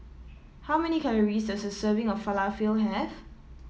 how many calories does a serving of Falafel have